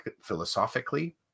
philosophically